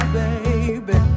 baby